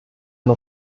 nur